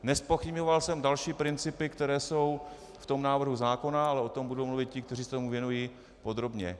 Nezpochybňoval jsem další principy, které jsou v tom návrhu zákona, ale o tom budou mluvit ti, kteří se tomu věnují, podrobně.